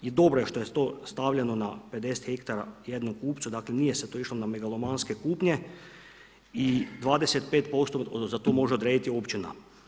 I dobro je to što je stavljeno na 50 hektara jednom kupcu, dakle nije se tu išlo na megalomanske kupnje i 25% za to može odrediti općina.